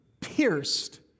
pierced